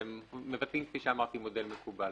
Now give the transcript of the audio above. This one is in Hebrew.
הם מבטאים, כפי שאמרתי, מודל מקובל.